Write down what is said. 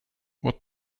what